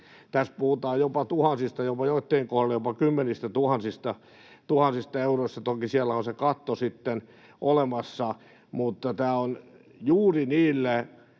Tässä puhutaan jopa tuhansista, joittenkin kohdalla jopa kymmenistätuhansista euroista. Toki siellä on se katto sitten olemassa, mutta tämä on juuri niille